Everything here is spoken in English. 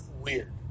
weird